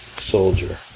soldier